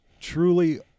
truly